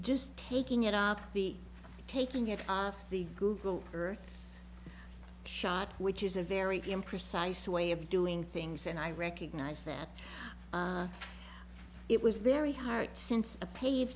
just taking it up the taking it off the google earth shot which is a very imprecise way of doing things and i recognize that it was very hard since a paved